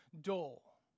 dull